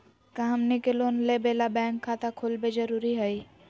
का हमनी के लोन लेबे ला बैंक खाता खोलबे जरुरी हई?